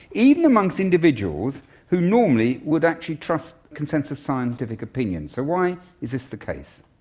even amongst individuals who normally would actually trust consensus scientific opinion. so why is this the case?